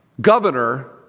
governor